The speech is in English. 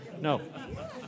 No